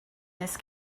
this